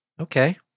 Okay